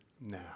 now